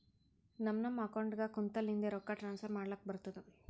ನಮ್ ನಮ್ ಅಕೌಂಟ್ಗ ಕುಂತ್ತಲಿಂದೆ ರೊಕ್ಕಾ ಟ್ರಾನ್ಸ್ಫರ್ ಮಾಡ್ಲಕ್ ಬರ್ತುದ್